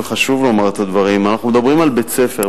וחשוב לומר את הדברים: אנחנו מדברים על בית-ספר,